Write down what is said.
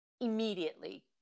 immediately